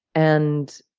and